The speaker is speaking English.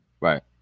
Right